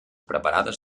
preparades